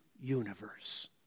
universe